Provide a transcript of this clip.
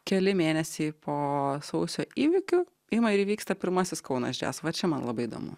keli mėnesiai po sausio įvykių ima ir įvyksta pirmasis kaunas jazz va čia man labai įdomu